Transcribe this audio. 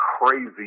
crazy